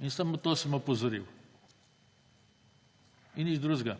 in samo to sem opozoril in nič drugega.